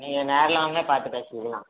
நீங்கள் நேரில் வாங்கணே பார்த்து பேசிக்கலாம்